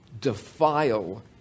defile